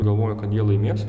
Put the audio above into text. galvojo kad jie laimės